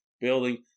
building